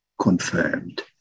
confirmed